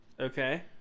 Okay